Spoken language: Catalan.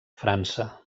frança